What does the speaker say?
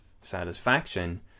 satisfaction